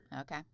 Okay